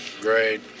great